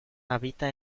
habita